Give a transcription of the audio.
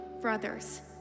brothers